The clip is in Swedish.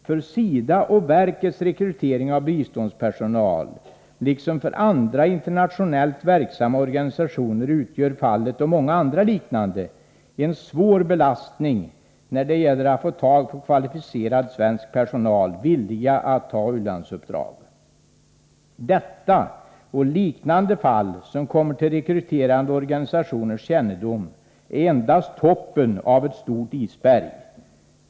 För SIDA och verkets rekrytering av biståndspersonal, liksom för andra internationellt verksamma organisationer utgör fallet Gomér och många andra liknande en svår belastning när det gäller att få tag på kvalificerad svensk personal, villiga att ta u-landsuppdrag. Detta och liknande fall som kommer till de rekryterande organisationernas kännedom är endast toppen av ett stort isberg.